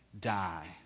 die